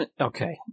Okay